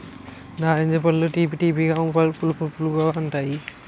నారింజ పళ్ళు తీపి తీపిగా పులుపు పులుపుగా ఉంతాయి